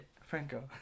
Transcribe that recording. Franco